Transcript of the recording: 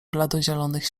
bladozielonych